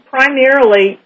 Primarily